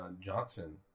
Johnson